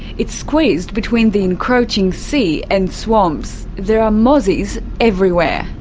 it's squeezed between the encroaching sea and swamps. there are mozzies everywhere.